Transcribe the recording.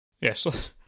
Yes